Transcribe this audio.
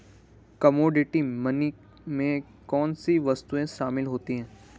Commodity money में कौन सी वस्तुएं शामिल होती हैं?